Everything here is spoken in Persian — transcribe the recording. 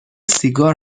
سیگار